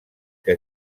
que